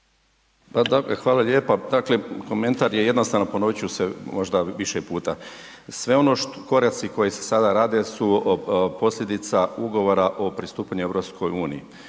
hvala lijepa, dakle komentar je jednostavan, ponoviti ću se možda više puta, sve ono što, koraci koji se sada rade su posljedica ugovora o pristupanju EU I